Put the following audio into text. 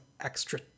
extra